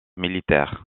militaire